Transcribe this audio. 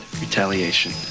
retaliation